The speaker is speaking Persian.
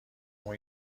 اون